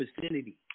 vicinity